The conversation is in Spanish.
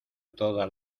toda